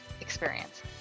experience